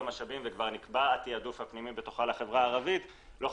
משאבים וכבר נקבע התעדוף הפנימי בתוכה לחברה הערבית,